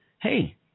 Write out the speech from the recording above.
hey